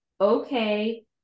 okay